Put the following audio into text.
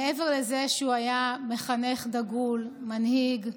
מעבר לזה שהוא היה מחנך דגול, מנהיג,